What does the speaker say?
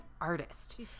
artist